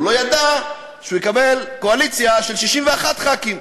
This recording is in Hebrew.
הוא לא ידע שהוא יקבל קואליציה של 61 ח"כים.